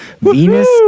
Venus